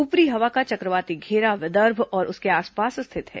ऊपरी हवा का चक्रवाती घेरा विदर्भ और उसके आसपास स्थित है